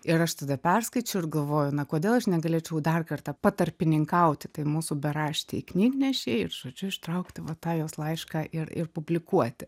ir aš tada perskaičiau ir galvoju na kodėl aš negalėčiau dar kartą patarpininkauti tai mūsų beraštei knygnešei ir žodžiu ištraukti va tą jos laišką ir ir publikuoti